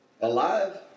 Alive